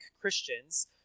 Christians